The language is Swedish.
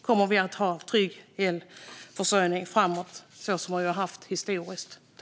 Kommer vi att ha trygg elförsörjning framåt så som vi har haft historiskt?